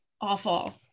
awful